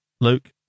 Luke